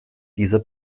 dieser